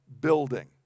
building